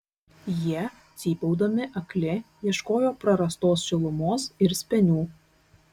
jie cypaudami akli ieškojo prarastos šilumos ir spenių